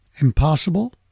Impossible